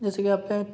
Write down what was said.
जैसे की आपले